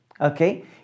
okay